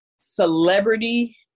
celebrity